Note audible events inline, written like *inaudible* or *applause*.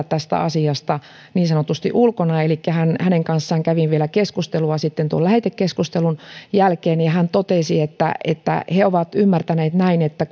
*unintelligible* tästä asiasta aika lailla niin sanotusti ulkona hänen kanssaan kävin vielä keskustelua sitten tuon lähetekeskustelun jälkeen ja hän totesi että että he ovat ymmärtäneet niin että *unintelligible*